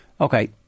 Okay